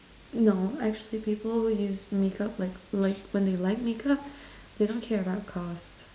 no actually people who use makeup like like when they like makeup they don't care about cost